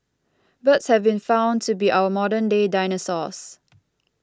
birds have been found to be our modern day dinosaurs